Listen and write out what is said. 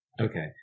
Okay